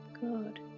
Good